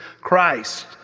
Christ